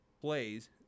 plays